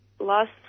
last